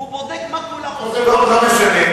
והוא בודק, טוב, זה לא משנה.